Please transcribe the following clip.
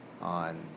on